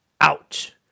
ouch